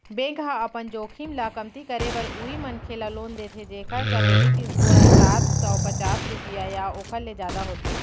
bank ह अपन जोखिम ल कमती करे बर उहीं मनखे ल लोन देथे जेखर करेडिट स्कोर ह सात सव पचास रुपिया या ओखर ले जादा होथे